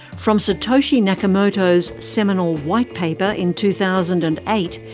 from satoshi nakamoto's seminal white paper in two thousand and eight,